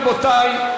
רבותי,